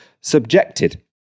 subjected